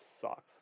sucks